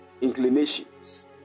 inclinations